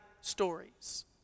stories